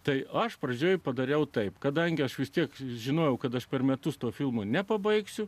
tai aš pradžioje padariau taip kadangi aš vis tiek žinojau kad aš per metus to filmų nepabaigsiu